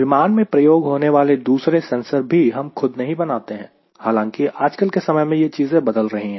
विमान में प्रयोग होने वाले दूसरे सेंसर भी हम खुद नहीं बनाते हैं हालांकि आजकल के समय में यह चीजें बदल रही है